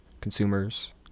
consumers